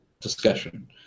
discussion